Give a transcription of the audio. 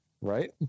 right